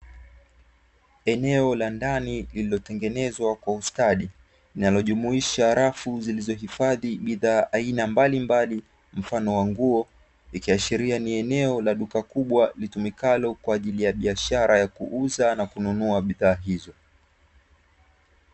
Eneo la ndani lililotengenezwa kwa ustadi, linalojumuisha rafu zilizohifadhi bidhaa aina mbalimbali mfano wa nguo, ikiashiria ni eneo la duka kubwa litumikalo kwa ajili ya biashara ya kuuza na kunua bidhaa hizo.